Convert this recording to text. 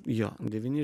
jo devyni